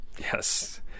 Yes